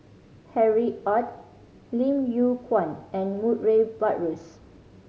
Harry Ord Lim Yew Kuan and Murray Buttrose